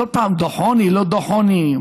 כל פעם דוח עוני לא דוח עוני,